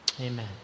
Amen